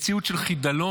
מציאות של חידלון,